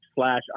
slash